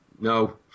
No